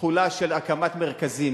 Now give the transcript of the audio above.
תחולה של הקמת מרכזים.